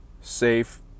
safe